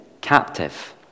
captive